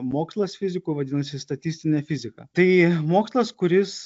mokslas fizikų vadinasi statistinė fizika tai mokslas kuris